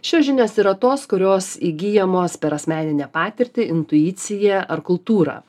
šios žinios yra tos kurios įgyjamos per asmeninę patirtį intuiciją ar kultūrą